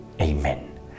Amen